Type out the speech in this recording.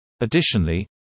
Additionally